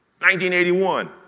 1981